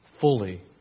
fully